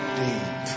deep